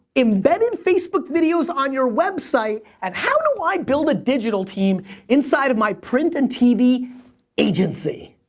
embedded facebook videos on your website. and how do i build a digital team inside of my print and tv agency?